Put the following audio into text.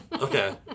Okay